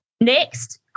Next